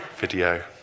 video